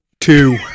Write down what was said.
two